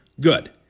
good